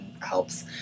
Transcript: helps